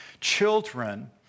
children